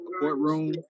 courtroom